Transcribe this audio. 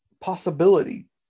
possibility